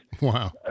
Wow